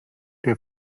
der